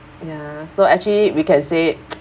ya so actually we can say